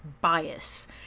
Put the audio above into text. bias